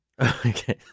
Okay